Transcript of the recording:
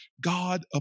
God